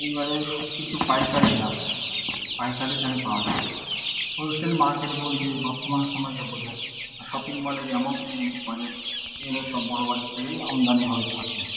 এই বাজারে সব কিছু পাইকারি দাম পাইকারি দামে পাওয়া যায় হোলসেল মার্কেট বলতে বর্তমান সময়ে যা বোঝায় আর শপিং মলে যেমন কিছু জিনিস বানায় এগুলো সব বড়বাজার থেকেই আমদানি হয়ে থাকে